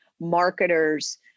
marketers